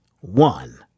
One